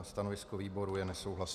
Stanovisko výboru je nesouhlasné.